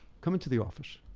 come into the office.